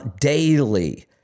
daily